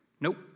Nope